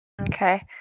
Okay